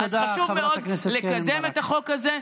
חשוב מאוד לקדם את החוק הזה,